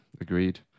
Agreed